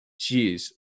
Jeez